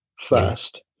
first